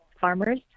farmers